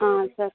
సరే